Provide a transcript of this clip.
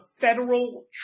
Federal